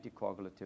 anticoagulative